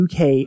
UK